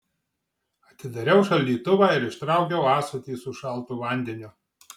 atidariau šaldytuvą ir ištraukiau ąsotį su šaltu vandeniu